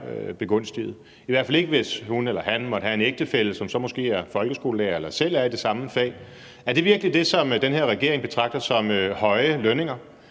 begunstiget – i hvert fald ikke hvis hun eller han måtte have en ægtefælle, som så måske er folkeskolelærer eller selv er i det samme fag. Er det virkelig det, som den her regering betragter som høje lønninger?